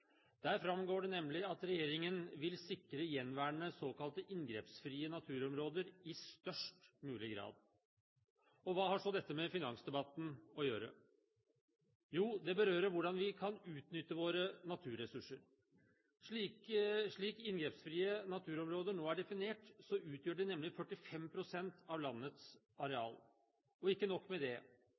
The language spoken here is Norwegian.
Der framgår det nemlig at regjeringen vil sikre gjenværende såkalte inngrepsfrie naturområder i størst mulig grad. Hva har så dette med finansdebatten å gjøre? Jo, det berører hvordan vi kan utnytte våre naturressurser. Slik «inngrepsfrie naturområder» nå er definert, utgjør de nemlig 45 pst. av landets areal. Og ikke nok med det: